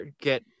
get